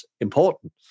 important